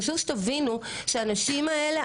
חשוב שתבינו שאת הנשים האלה,